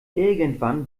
irgendwann